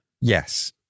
Yes